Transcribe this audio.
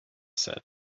said